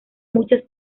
muchas